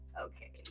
okay